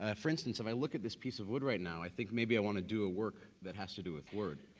ah for instance, if i look at this piece of wood right now, i think maybe i want to do a work that has to do with wood.